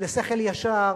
ולשכל ישר,